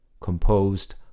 composed